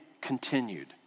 continued